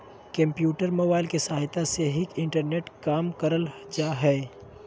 computer, mobile के सहायता से ही इंटरनेट के काम करल जा हय